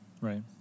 Right